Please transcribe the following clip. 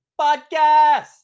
podcast